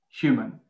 human